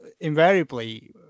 invariably